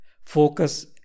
focus